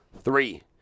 three